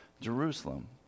Jerusalem